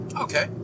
Okay